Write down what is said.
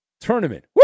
tournament